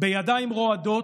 בידיים רועדות,